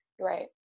Right